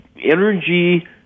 energy